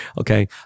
Okay